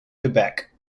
quebec